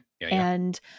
And-